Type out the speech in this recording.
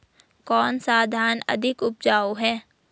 कौन सा धान अधिक उपजाऊ है?